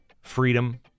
freedom